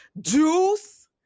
juice